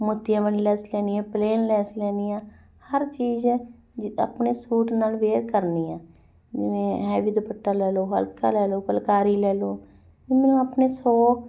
ਮੋਤੀਆਂ ਵਾਲੀ ਲੈਸ ਲੈਣੀ ਆ ਪਲੇਨ ਲੈਸ ਲੈਣੀ ਆ ਹਰ ਚੀਜ਼ ਹੈ ਜਿੱਦਾਂ ਆਪਣੇ ਸੂਟ ਨਾਲ ਵੇਅਰ ਕਰਨੀ ਆ ਜਿਵੇਂ ਹੈਵੀ ਦੁਪੱਟਾ ਲੈ ਲਓ ਹਲਕਾ ਲੈ ਲਓ ਫੁਲਕਾਰੀ ਲੈ ਲਓ ਤਾਂ ਮੈਨੂੰ ਆਪਣੇ ਸੋ ਸੂਟ